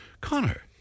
Connor